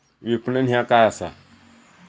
विपणन ह्या काय असा?